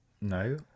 No